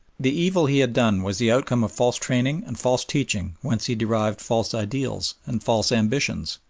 the evil he had done was the outcome of false training and false teaching whence he derived false ideals and false ambitions,